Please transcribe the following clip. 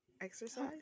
Exercise